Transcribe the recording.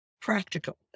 practical